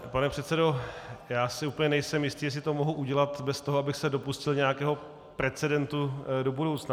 Pane předsedo, já si úplně nejsem jistý, jestli to mohu udělat bez toho, abych se dopustil nějakého precedentu do budoucna.